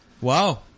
Wow